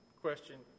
question